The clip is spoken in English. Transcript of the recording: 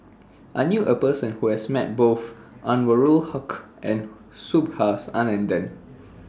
I knew A Person Who has Met Both Anwarul Haque and Subhas Anandan